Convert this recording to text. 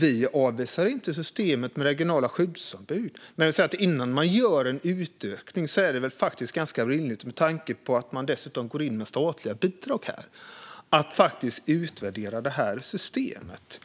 Vi avvisar inte systemet med regionala skyddsombud, men vi säger att innan man gör en utökning - och man går dessutom in med statliga bidrag - är det rimligt att utvärdera systemet.